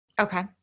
Okay